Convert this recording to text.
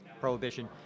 prohibition